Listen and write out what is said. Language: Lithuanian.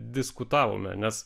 diskutavome nes